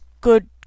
good